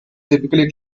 typically